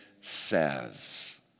says